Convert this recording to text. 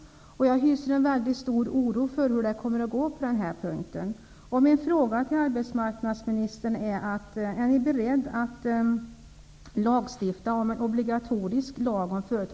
Jag hyser därför en mycket stor oro för hur det kommer att gå på denna punkt.